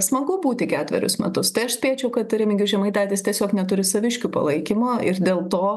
smagu būti ketverius metus tai aš spėčiau kad remigijus žemaitaitis tiesiog neturi saviškių palaikymo ir dėl to